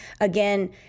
again